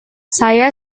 saya